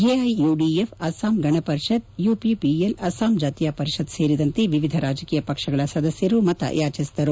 AIUDF Asom Ganaparishad UPPL Asom Jatiya Parishad ಸೇರಿದಂತೆ ವಿವಿಧ ರಾಜಕೀಯ ಪಕ್ಷಗಳ ಸದಸ್ಯರು ಮತ ಯಾಚಿಸಿದರು